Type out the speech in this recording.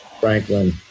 Franklin